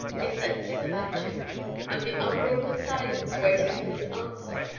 his senses about him and the unbroken silence, waiting for his answer,